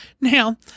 Now